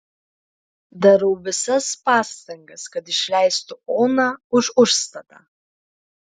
darau visas pastangas kad išleistų oną už užstatą